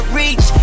reach